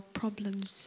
problems